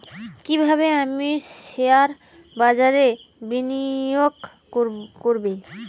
কিভাবে আমি শেয়ারবাজারে বিনিয়োগ করবে?